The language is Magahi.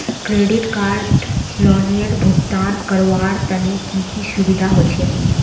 क्रेडिट कार्ड लोनेर भुगतान करवार तने की की सुविधा होचे??